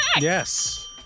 Yes